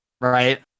Right